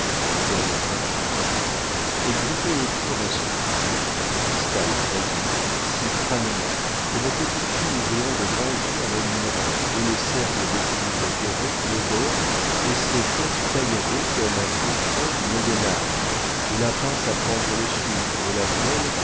quelles peintures et groupées autour d'un sucrier en cristal taillé si crânement que nos petites filles ouvriront de grands yeux en admirant et les cercles de cuivre doré qui le bordent et ces côtes tailladées comme un pourpoint du moyen-âge et la pince à prendre le sucre de laquelle